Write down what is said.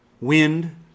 wind